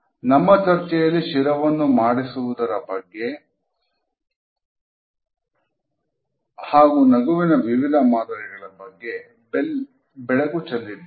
ನಮ್ಮ ಚರ್ಚೆಯಲ್ಲಿ ಶಿರವನ್ನು ಮಾಡಿಸುವುದರ ಬಗ್ಗೆ ಹಾಗೂ ನಗುವಿನ ವಿವಿಧ ಮಾದರಿಗಳ ಬಗ್ಗೆ ಬೆಳಕು ಚೆಲ್ಲಿದ್ದೇನೆ